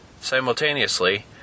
simultaneously